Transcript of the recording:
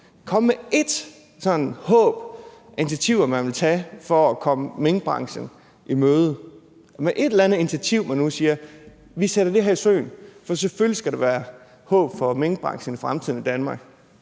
bare ét initiativ, man vil tage for at komme minkbranchen i møde? Er der et eller andet initiativ, hvor man siger: Vi sætter det her i søen, for selvfølgelig skal der være håb for minkbranchen i Danmark